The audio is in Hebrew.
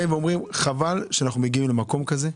חבל שאנחנו מגיעים למקום כזה,